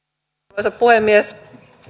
arvoisa puhemies